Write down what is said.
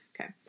Okay